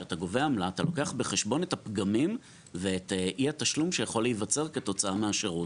אתה לוקח בחשבון את הפגמים ואת אי-התשלום שיכול להיווצר כתוצאה מהשירות.